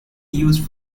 used